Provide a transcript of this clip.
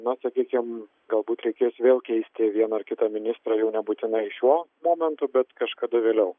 na sakykim galbūt reikės vėl keisti vieną ar kitą ministrą jau nebūtinai šiuo momentu bet kažkada vėliau